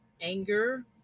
anger